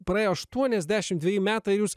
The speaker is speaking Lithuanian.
praėjo aštuoniasdešimt dveji metai ir jūs